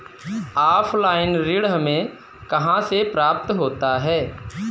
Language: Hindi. ऑफलाइन ऋण हमें कहां से प्राप्त होता है?